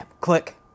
Click